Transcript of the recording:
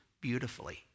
beautifully